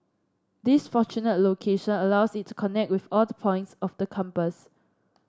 this fortunate location allows it to connect with all the points of the compass